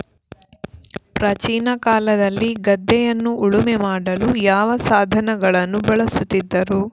ಪ್ರಾಚೀನ ಕಾಲದಲ್ಲಿ ಗದ್ದೆಯನ್ನು ಉಳುಮೆ ಮಾಡಲು ಯಾವ ಸಾಧನಗಳನ್ನು ಬಳಸುತ್ತಿದ್ದರು?